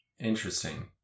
interesting